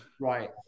Right